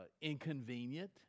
inconvenient